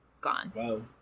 gone